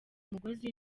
umugozi